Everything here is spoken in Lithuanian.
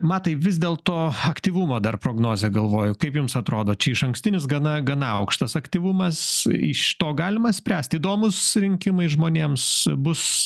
matai vis dėlto aktyvumo dar prognozė galvoju kaip jums atrodo čia išankstinis gana gana aukštas aktyvumas iš to galima spręsti įdomūs rinkimai žmonėms bus